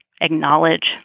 acknowledge